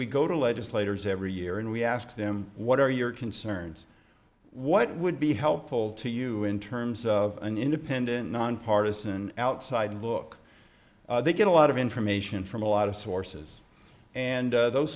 we go to legislators every year and we ask them what are your concerns what would be helpful to you in terms of an independent nonpartisan outside book they get a lot of information from a lot of sources and those